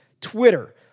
Twitter